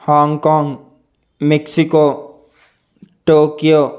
Hong Kong Mexico Tokyo